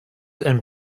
and